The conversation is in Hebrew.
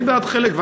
אני בעד חלק,